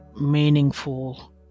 meaningful